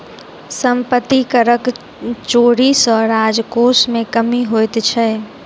सम्पत्ति करक चोरी सॅ राजकोश मे कमी होइत छै